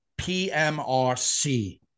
PMRC